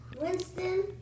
Winston